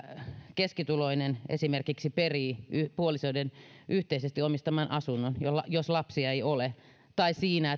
keskituloinen esimerkiksi perii puolisoiden yhteisesti omistaman asunnon jos lapsia ei ole tai siinä